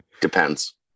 Depends